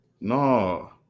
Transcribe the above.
No